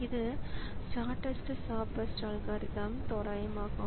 இது shortest job first algorithm தோராயமாகும்